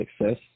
success